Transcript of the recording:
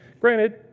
Granted